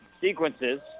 sequences